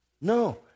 No